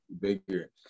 bigger